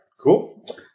Cool